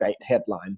headline